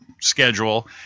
schedule